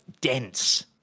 dense